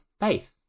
faith